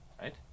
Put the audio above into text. right